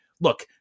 look